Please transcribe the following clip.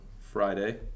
Friday